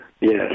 yes